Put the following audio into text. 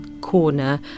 corner